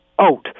out